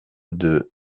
deux